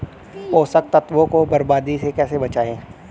पोषक तत्वों को बर्बादी से कैसे बचाएं?